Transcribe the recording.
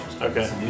Okay